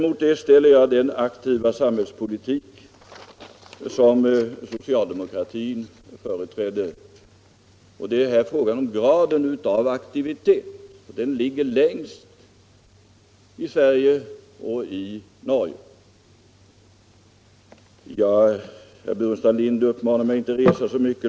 Mot det ställer jag den aktiva samhällspolitik som socialdemokratin företräder. Det är här fråga om graden av aktivitet, och den har nått högst i Sverige och Norge. Herr Burenstam Linder uppmanar mig att inte resa så mycket.